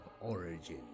origin